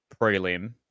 prelim